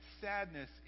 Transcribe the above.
sadness